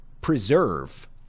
preserve